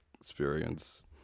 experience